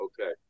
Okay